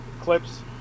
Clips